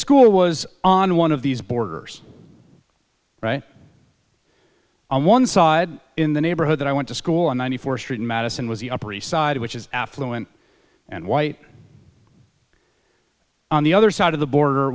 school was on one of these borders on one side in the neighborhood that i went to school in ninety fourth street madison was the upper east side which is affluent and white on the other side of the border